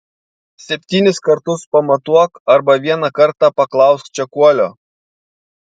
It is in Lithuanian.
septynis kartus pamatuok arba vieną kartą paklausk čekuolio